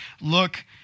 look